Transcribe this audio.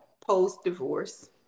post-divorce